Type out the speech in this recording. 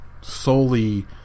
solely